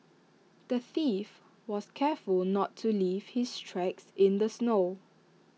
the thief was careful not to leave his tracks in the snow